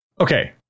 Okay